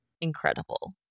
incredible